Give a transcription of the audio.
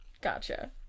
Gotcha